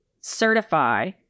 certify